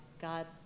God